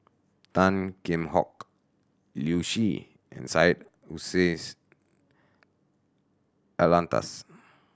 Tan Kheam Hock Liu Si and Syed Hussein Alatas